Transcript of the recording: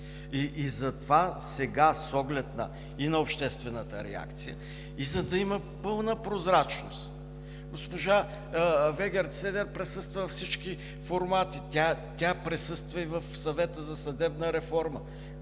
Затова сега с оглед и на обществената реакция, и за да има пълна прозрачност – госпожа Вегертседер присъства във всички формати, тя присъства и в Съвета за съдебна реформа,